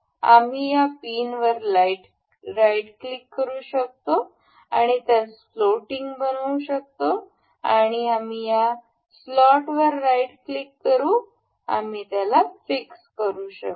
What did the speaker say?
आम्ही या पिनवर राइट क्लिक करू शकतो आम्ही त्यास फ्लोटिंग बनवू आणि आम्ही स्लॉटवर राइट क्लिक करू आणि आम्ही ते फिक्स करू शकतो